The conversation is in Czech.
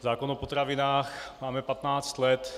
Zákon o potravinách máme patnáct let.